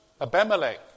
Abimelech